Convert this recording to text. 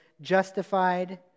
justified